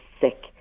sick